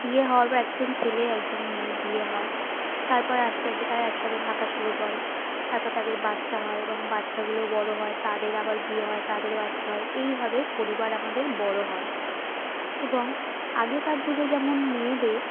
বিয়ে হওয়ার পর একজন ছেলে একজন মেয়ের বিয়ে হয় তারপর আস্তে আস্তে তারা একসাথে থাকা শুরু করে তারপর তাদের বাচ্চা হয় এবং বাচ্চাগুলোও বড়ো হয় তাদের আবার বিয়ে হয় তাদের বাচ্চা হয় এইভাবে পরিবার আমাদের বড়ো হয় এবং আগেকার যুগে যেমন মেয়েদের